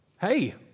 hey